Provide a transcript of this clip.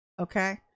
okay